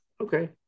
Okay